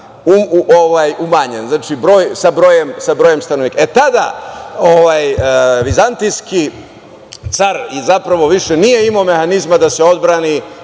umanjen sa brojem stanovnika. Tada vizantijski car i zapravo više nije imao mehanizma da se odbrani